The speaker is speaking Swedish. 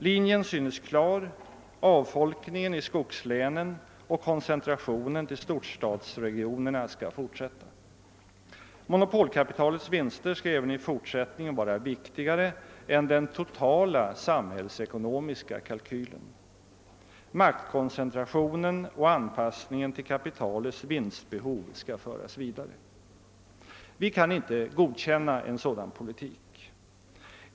Linjen synes klar: avfolkningen i skogslänen och koncentrationen till storstadsregionerna skall fortsätta. Monopolkapitalets vinster skall även i fortsättningen vara viktigare än den totala - samhällsekonomiska <:kalkylen. Maktkoncentrationen och anpassningen till kapitalets vinstbehov skall föras vidare. Vi kan inte godkänna en sådan politik.